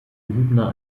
hübner